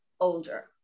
older